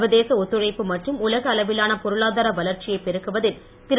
சர்வதேச ஒத்துழைப்பு மற்றும் உலக அளவிலான பொருளாதார வளர்ச்சியை பெருக்குவதில் திரு